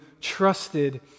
trusted